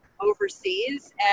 overseas